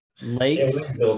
Lakes